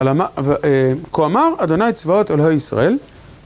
כה אמר ה' צבאות אלוהי ישראל